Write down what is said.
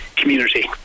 Community